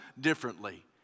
differently